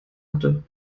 hatte